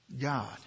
God